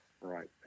right